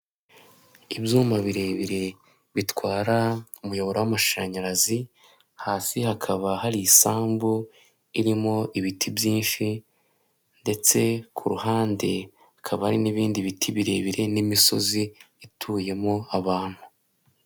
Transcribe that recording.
Ibyuma birebire bitwara umuyoboro w'amashanyarazi, hasi hakaba hari isambu irimo ibiti byinshi ndetse ku ruhande, hakaba hari n'ibindi biti birebire n'imisozi ituyemo abantu.